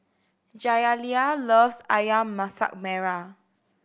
Jaliyah loves Ayam Masak Merah